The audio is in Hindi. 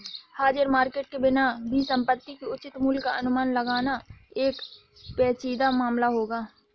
हाजिर मार्केट के बिना भी संपत्ति के उचित मूल्य का अनुमान लगाना एक पेचीदा मामला होगा